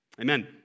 amen